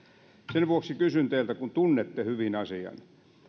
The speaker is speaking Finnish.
sen vuoksi kysyn teiltä kun tunnette hyvin asian